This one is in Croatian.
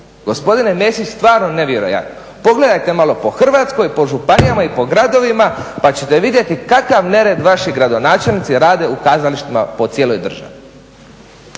gospodine Mesić stvarno nevjerojatno. Pogledajte malo po Hrvatskoj, po županijama i po gradovima pa ćete vidjeti kakav nered vaši gradonačelnici rade u kazalištima po cijeloj državi.